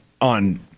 on